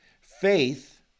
Faith